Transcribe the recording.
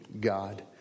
God